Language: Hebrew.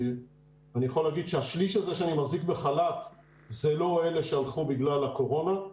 אני יכול להגיד שהשליש הזה זה לא אלה שהלכו בגלל הקורונה,